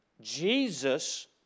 Jesus